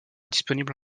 disponible